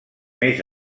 més